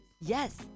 Yes